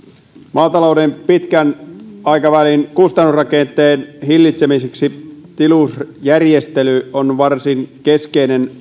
maatalouden pitkän aikavälin kustannusrakenteen hillitsemiseksi tilusjärjestely on varsin keskeinen